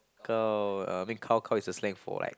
gao I mean gao gao is a slang for like